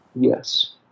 Yes